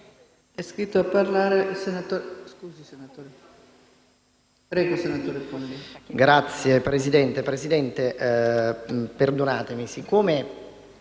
Grazie, Presidente.